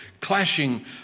clashing